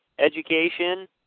Education